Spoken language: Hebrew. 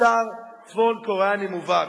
משטר צפון-קוריאני מובהק.